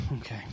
Okay